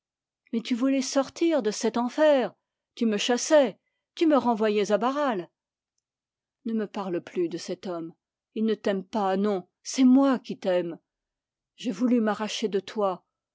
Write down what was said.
mais tu voulais sortir de cet enfer tu me chassais tu me renvoyais à barral ne me parle plus de cet homme il ne t'aime pas non c'est moi qui t'aime j'ai voulu m'arracher de toi